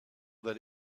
that